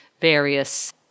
Various